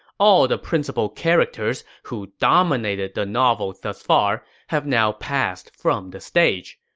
all the principal characters who dominated the novel thus far have now passed from the stage.